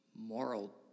moral